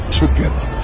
together